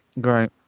Great